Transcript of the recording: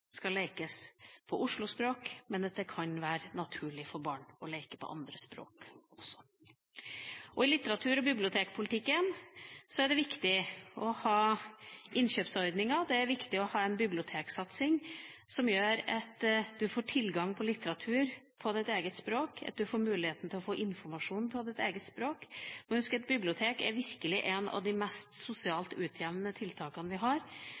skal lekes på oslospråk, men at det kan være naturlig for barn å leke på andre språk også. I litteratur- og bibliotekpolitikken er det viktig å ha innkjøpsordninger, det er viktig å ha en biblioteksatsing som gjør at vi får tilgang på litteratur på vårt eget språk, at vi får muligheten til å få informasjon på vårt eget språk. Vi må huske at bibliotekene virkelig er et av de mest sosialt utjevnende tiltakene vi har.